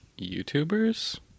YouTubers